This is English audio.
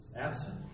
absent